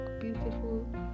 beautiful